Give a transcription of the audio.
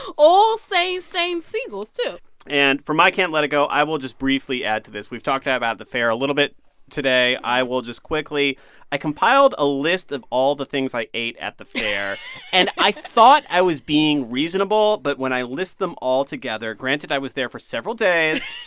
all stained seagulls, too and for my can't let it go, i will just briefly add to this. we've talked about the fair a little bit today. i will just quickly i compiled a list of all the things i ate at the fair and i thought i was being reasonable, but when i list them all together granted, i was there for several days.